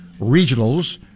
regionals